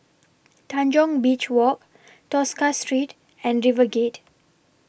Tanjong Beach Walk Tosca Street and RiverGate